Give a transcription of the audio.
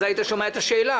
אז היית שומע את השאלה,